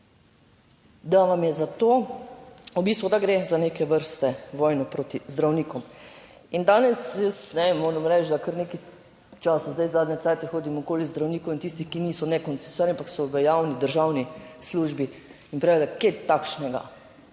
da vam je za to v bistvu, da gre za neke vrste vojno proti zdravnikom. In danes, jaz moram reči, da kar nekaj časa, zdaj zadnje čase hodim okoli zdravnikov in tistih, ki niso ne koncesionarji, ampak so v javni državni službi. In pravijo, da kaj takšnega,